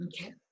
Okay